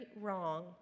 wrong